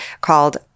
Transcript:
called